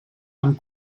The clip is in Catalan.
amb